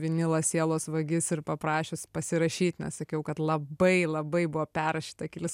vinilą sielos vagis ir paprašius pasirašyt nes sakiau kad labai labai buvo perrašyta kelis